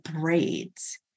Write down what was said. braids